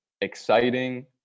exciting